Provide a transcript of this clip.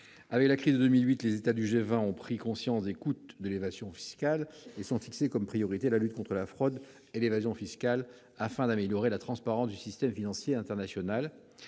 financière de 2008, les États membres du G20 ont pris conscience des coûts de l'évasion fiscale et ont érigé en priorité la lutte contre la fraude et l'évasion fiscales, afin d'améliorer la transparence du système financier international.